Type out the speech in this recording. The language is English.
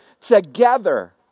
together